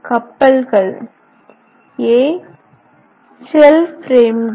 கப்பல்கள் அ ஷெல் பிரேம்கள்